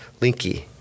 Linky